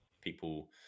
people